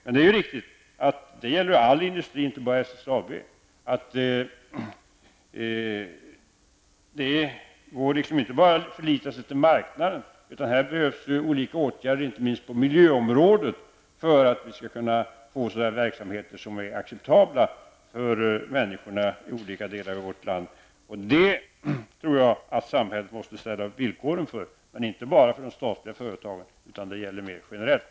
Men det gäller för all industri, inte bara för SSAB, att det inte går att bara förlita sig på marknaden, utan det behövs olika åtgärder inte minst på miljöområdet för att verksamheterna skall bli acceptabla för människorna. Detta tror jag att samhället måste dra upp villkoren för. Detta gäller som sagt inte bara de statliga företagen utan mer generellt.